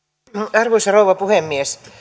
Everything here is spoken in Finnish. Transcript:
arvoisa rouva puhemies